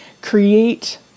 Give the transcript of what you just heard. create